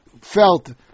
felt